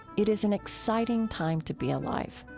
it is an exciting time to be alive.